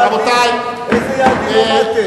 באיזה יעדים עמדתם?